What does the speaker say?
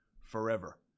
forever